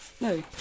no